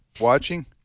watching